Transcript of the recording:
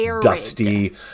dusty